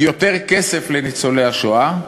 יותר כסף לניצולי השואה,